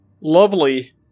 lovely